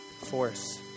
force